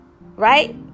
Right